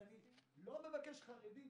אנחנו לא מבקשים חינוך חרדי,